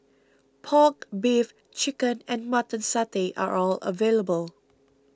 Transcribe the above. Pork Beef Chicken and Mutton Satay are all available